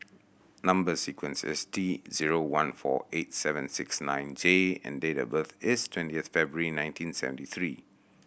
number sequence is T zero one four eight seven six nine J and date of birth is twentieth February nineteen seventy three